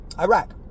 Iraq